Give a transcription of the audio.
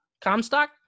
Comstock